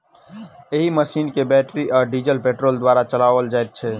एहि मशीन के बैटरी आ डीजल पेट्रोल द्वारा चलाओल जाइत छै